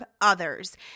others